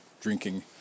drinking